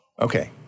Okay